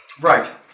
Right